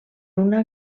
una